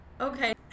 okay